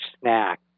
snack